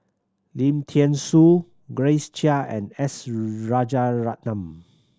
Lim Thean Soo Grace Chia and S Rajaratnam